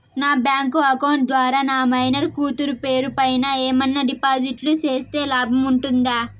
నా bank account ద్వారా నా మైనర్ కూతురు పేరు పైన ఏమన్నా డిపాజిట్లు సేస్తే లాభం ఉంటుందా?